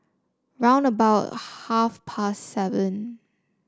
round about half past seven